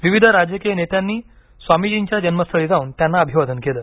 विविध राजकीय नेत्यांनी स्वामीजीच्या जन्मस्थळी जाऊन त्यांना अभिवादन केलं